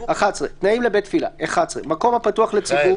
"תנאים לבית תפילה 11. מקום הפתוח לציבור